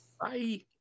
Bye